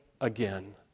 again